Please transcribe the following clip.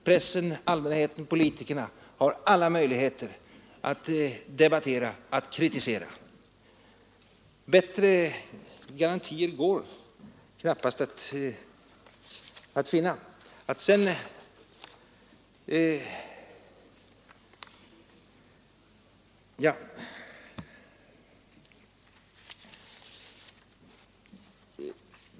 Pressen, allmänheten och politikerna har alla möjligheter att debattera, att kritisera. Bättre garantier går knappast att finna.